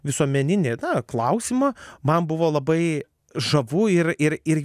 visuomeninį na klausimą man buvo labai žavu ir ir ir